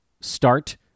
start